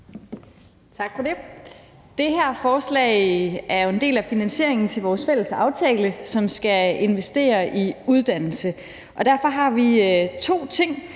Tak for det. Det her forslag er jo en del af finansieringen til vores fælles aftale, som skal investere i uddannelse. Derfor har vi to ting,